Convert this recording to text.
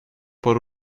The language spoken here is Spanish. por